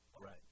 Right